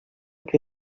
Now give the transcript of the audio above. que